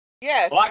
Yes